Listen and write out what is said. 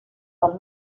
del